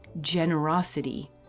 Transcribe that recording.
generosity